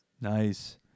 Nice